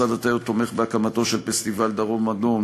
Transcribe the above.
משרד התיירות תומך בפסטיבל "דרום אדום",